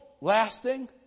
lasting